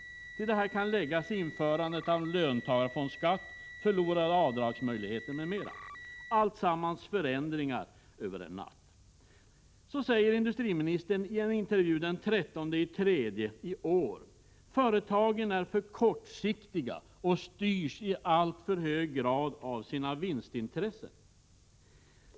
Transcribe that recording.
Till detta kan läggas införandet av löntagarfondsskatt, förlorade avdragsmöjligheter, m.m. — alltsammans förändringar över en natt. Industriministern sade i en intervju den 13 mars i år: Företagen är för kortsiktiga och styrs i alltför hög grad av sina vinstintressen.